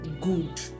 good